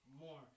more